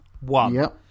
One